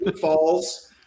falls